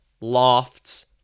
lofts